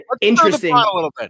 interesting